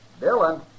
Dylan